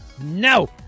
no